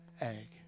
egg